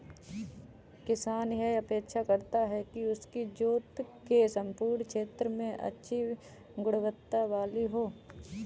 किसान यह अपेक्षा करता है कि उसकी जोत के सम्पूर्ण क्षेत्र में अच्छी गुणवत्ता वाली हो